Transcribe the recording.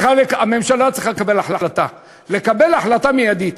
הממשלה צריכה לקבל החלטה, לקבל החלטה מיידית.